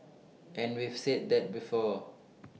and we've said that before